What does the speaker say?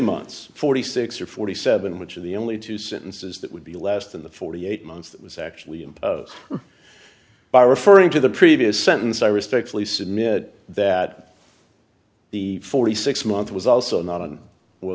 months forty six or forty seven which of the only two sentences that would be less than the forty eight months that was actually imposed by referring to the previous sentence i respectfully submit that the forty six month was also not